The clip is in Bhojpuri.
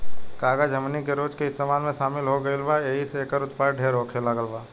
कागज हमनी के रोज के इस्तेमाल में शामिल हो गईल बा एहि से एकर उत्पाद ढेर होखे लागल बा